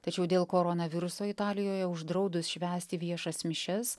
tačiau dėl koronaviruso italijoje uždraudus švęsti viešas mišias